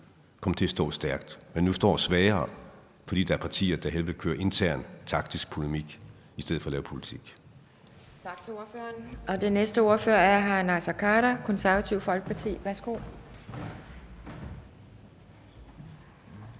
komme til at stå stærkt, men nu står svagere, fordi der er partier, der hellere vil køre intern taktisk polemik i stedet for at lave politik.